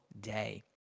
day